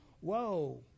Whoa